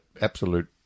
absolute